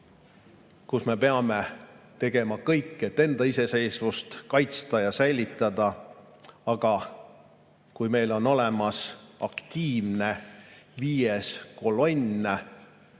kus me peame tegema kõik, et enda iseseisvust kaitsta ja säilitada. Aga kui meil on olemas aktiivne viies kolonn,